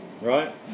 Right